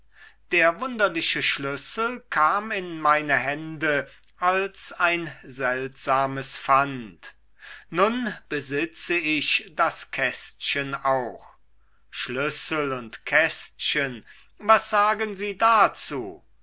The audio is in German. der wunderliche schlüssel kam in meine hände als ein seltsames pfand nun besitze ich das kästchen auch schlüssel und kästchen was sagen sie dazu